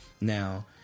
Now